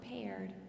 prepared